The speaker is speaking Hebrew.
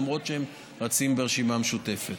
למרות שהם רצים ברשימה משותפת.